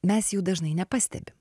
mes jų dažnai nepastebim